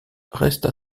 resta